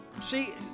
See